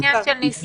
זה עניין של ניסוח.